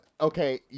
Okay